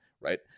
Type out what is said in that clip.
right